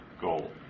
goal